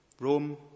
Rome